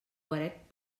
guaret